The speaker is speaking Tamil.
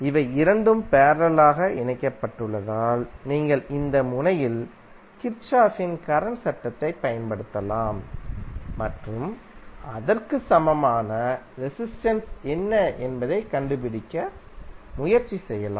இவை இரண்டும் பேரலலாக இணைக்கப்பட்டுள்ளதால் நீங்கள் இந்த முனையில் கிர்ச்சோஃப்பின் கரண்ட் சட்டத்தைப் பயன்படுத்தலாம் மற்றும் அதற்கு சமமான ரெசிஸ்டென்ஸ் என்ன என்பதைக் கண்டுபிடிக்க முயற்சி செய்யலாம்